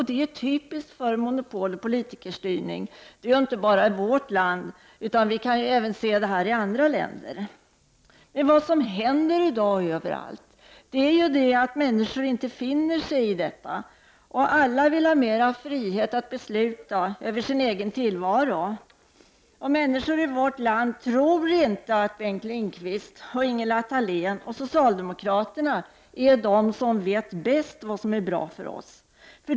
Det är typiskt för monopol och politikerstyrning, inte bara i vårt land, utan även i andra länder. Vad som händer i dag överallt är att människor inte finner sig i detta. Alla vill ha mera frihet att besluta över sin egen tillvaro. Människor i vårt land tror inte att Bengt Lindqvist, Ingela Thalén och socialdemokraterna är de som vet bäst vad som är bra för människor.